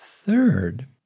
Third